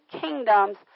kingdoms